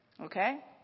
Okay